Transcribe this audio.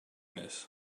this